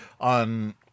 on